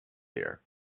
here